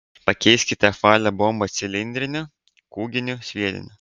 pakeiskite apvalią bombą cilindriniu kūginiu sviediniu